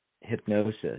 hypnosis